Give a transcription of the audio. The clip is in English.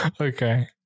Okay